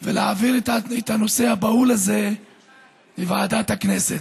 לסדר-היום ולהעביר את הנושא הבהול הזה לוועדת הכנסת.